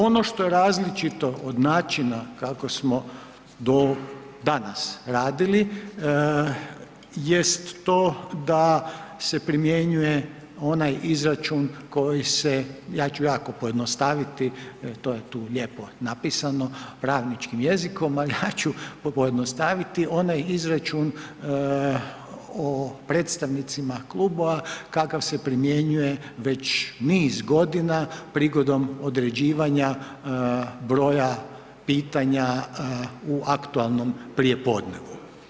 Ono što je različito od načina kako smo do danas radili jest to da se primjenjuje onaj izračun koji se, ja ću jako pojednostaviti jer to je tu lijepo napisano pravničkim jezikom, ali ja ću pojednostaviti, onaj izračun o predstavnicima klubova kakav se primjenjuje već niz godina prigodom određivanja broja pitanja u aktualnom prijepodnevu.